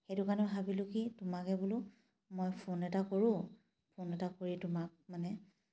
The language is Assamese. সেইটো কাৰণেও ভাবিলোঁ কি তোমাকে বোলো মই ফোন এটা কৰোঁ ফোন এটা কৰি তোমাক